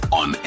on